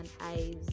eyes